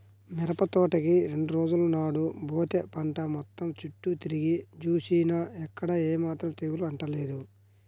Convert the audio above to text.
మిరపతోటకి రెండు రోజుల నాడు బోతే పంట మొత్తం చుట్టూ తిరిగి జూసినా ఎక్కడా ఏమాత్రం తెగులు అంటలేదు